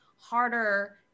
harder